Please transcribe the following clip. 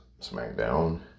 SmackDown